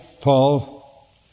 Paul